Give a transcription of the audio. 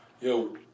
yo